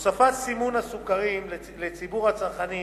הוספת סימון הסוכרים לציבור הצרכנים